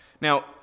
Now